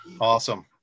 Awesome